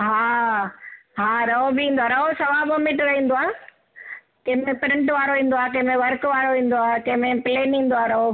हा हा रओ बि ईंदो आ रओ सवा ॿ मीटर ईंदो आ किन में प्रिंट वारो ईंदो आ के में वर्क ईंदो आ के में प्लेन ईंदो आ रओ